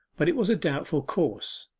but it was a doubtful course.